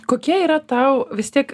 kokia yra tau vis tiek